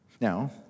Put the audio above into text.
Now